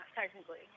technically